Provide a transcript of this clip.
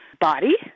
body